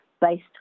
based